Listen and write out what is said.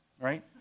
right